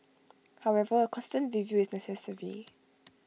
however A constant review is necessary